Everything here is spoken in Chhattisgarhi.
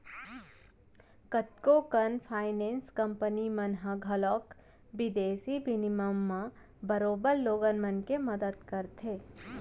कतको कन फाइनेंस कंपनी मन ह घलौक बिदेसी बिनिमय म बरोबर लोगन मन के मदत करथे